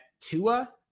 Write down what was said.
Tua